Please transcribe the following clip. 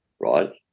right